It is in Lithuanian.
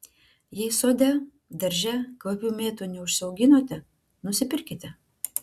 jei sode darže kvapių mėtų neužsiauginote nusipirkite